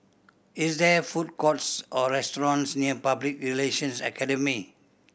is there food courts or restaurants near Public Relations Academy